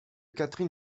catherine